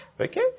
Okay